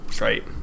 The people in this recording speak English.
right